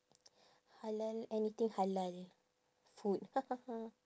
halal anything halal food